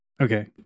Okay